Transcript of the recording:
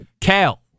Cal